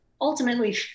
ultimately